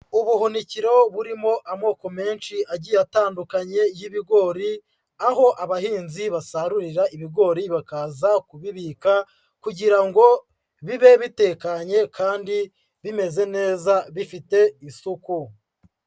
Ubuhunikiro burimo amoko menshi agiye atandukanye y'ibigori aho abahinzi basarurira ibigori bakaza kubibika kugira ngo bibe bitekanye kandi bimeze neza bifite isuku.